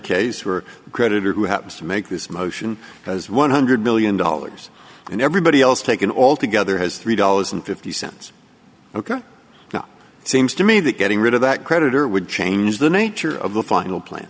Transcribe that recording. case where a creditor who happens to make this motion has one hundred million dollars and everybody else taken all together has three dollars fifty cents ok now it seems to me that getting rid of that creditor would change the nature of the final plan